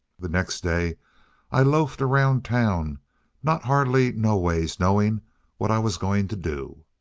the next day i loafed around town not hardly noways knowing what i was going to do.